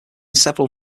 several